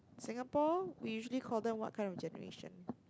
Singapore we usually call them what kind of generation